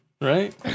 right